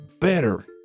better